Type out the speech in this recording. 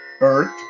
Earth